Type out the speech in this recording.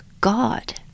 God